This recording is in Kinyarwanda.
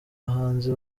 bahanzi